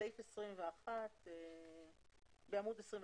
בעמוד 21,